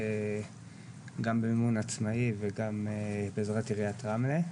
וגם במימון עצמאי וגם בעזרת עיריית רמלה.